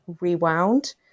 rewound